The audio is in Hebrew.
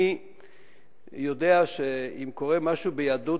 אני יודע שביהדות,